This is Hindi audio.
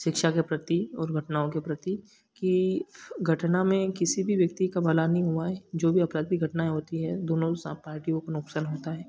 शिक्षा के प्रति और घटनाओं के प्रति कि घटना में किसी भी व्यक्ति का भला नहीं हुआ है जो भी आपराधिक घटनाएँ होती हैं दोनों सब पार्टियों को नुकसान होता है